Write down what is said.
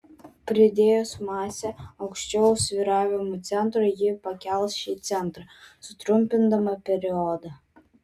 pridėjus masę aukščiau svyravimo centro ji pakels šį centrą sutrumpindama periodą